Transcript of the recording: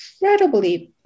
incredibly